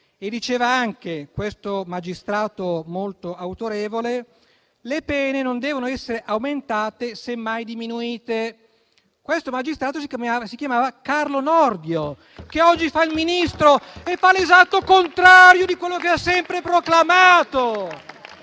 reati». Questo magistrato molto autorevole diceva anche che le pene non devono essere aumentate, semmai diminuite. Questo magistrato si chiama Carlo Nordio, oggi fa il Ministro, e fa l'esatto contrario di quello che ha sempre proclamato.